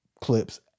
clips